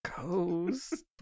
Goes